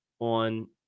on